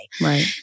Right